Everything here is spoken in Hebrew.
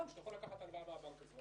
שהוא יכול לקחת הלוואה מהבנק הזה,